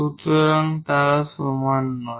সুতরাং তারা সমান নয়